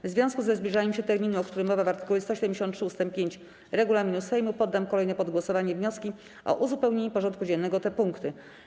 W związku ze zbliżaniem się terminu, o którym mowa w art. 173 ust. 5 regulaminu Sejmu, poddam kolejno pod głosowanie wnioski o uzupełnienie porządku dziennego o te punkty.